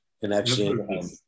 connection